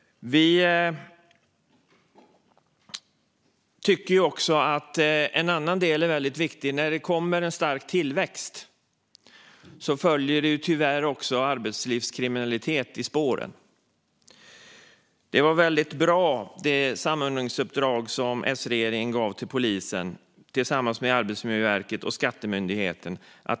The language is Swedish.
Vi tycker också att en annan del är väldigt viktig. När det kommer en stark tillväxt följer det tyvärr också arbetslivskriminalitet i dess spår. Det var väldigt bra med det samordningsuppdrag som S-regeringen gav till polisen, Arbetsmiljöverket och Skattemyndigheten.